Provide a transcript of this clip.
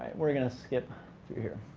we're going to skip through here.